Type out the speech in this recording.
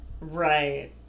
right